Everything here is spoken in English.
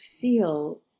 feel